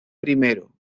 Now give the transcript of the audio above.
primero